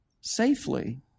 safely